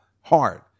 hard